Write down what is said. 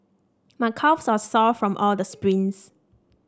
my calves are sore from all the sprints